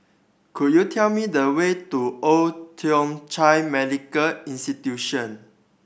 could you tell me the way to Old Thong Chai Medical Institution